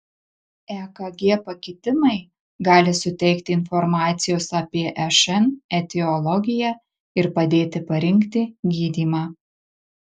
ekg pakitimai gali suteikti informacijos apie šn etiologiją ar padėti parinkti gydymą